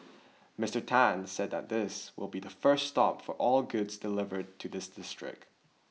Mister Tan said that this will be the first stop for all goods delivered to the district